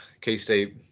K-State